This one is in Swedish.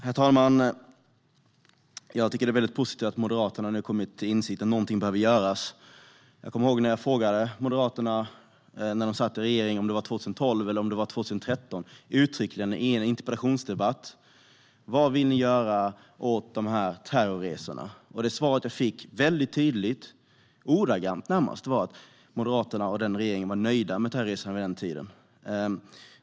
Herr talman! Det är positivt att Moderaterna har kommit till insikt om att något behöver göras. När jag i en interpellationsdebatt 2012 eller 2013 frågade ett moderat statsråd vad de ville göra åt terrorresorna fick jag svaret att Moderaterna och regeringen var nöjda med hur det var.